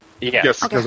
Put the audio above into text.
yes